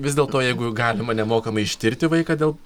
vis dėlto jeigu galima nemokamai ištirti vaiką dėl